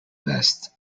best